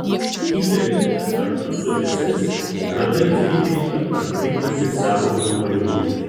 kitą rytą kartu su visais radai frydrichą parkritusį savo kambaryje